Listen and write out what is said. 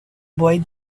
boy